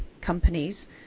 companies